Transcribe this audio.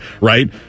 right